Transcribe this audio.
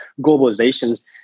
globalizations